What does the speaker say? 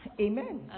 Amen